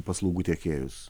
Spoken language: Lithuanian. paslaugų tiekėjus